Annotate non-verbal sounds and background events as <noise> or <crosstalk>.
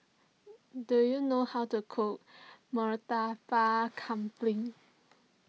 do you know how to cook <unintelligible> Kambing